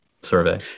survey